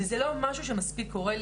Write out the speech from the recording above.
ולצערי זה לא משהו שמספיק קורה.